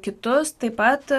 kitus taip pat